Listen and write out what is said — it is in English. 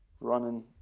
running